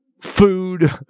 food